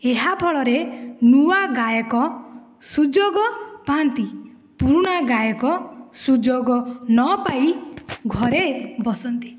ଏହା ଫଳରେ ନୂଆ ଗାୟକ ସୁଯୋଗ ପା'ନ୍ତି ପୁରୁଣା ଗାୟକ ସୁଯୋଗ ନ ପାଇ ଘରେ ବସନ୍ତି